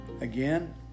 Again